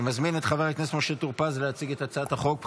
אני מזמין את חבר הכנסת משה טור פז להציג את הצעת החוק,